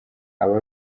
aba